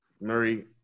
Murray